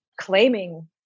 claiming